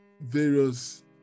various